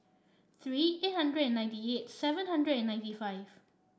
three eight hundred and ninety eight seven hundred and ninety five